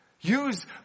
Use